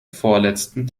vorletzten